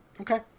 Okay